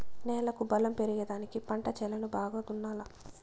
నేలకు బలం పెరిగేదానికి పంట చేలను బాగా దున్నాలా